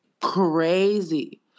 Crazy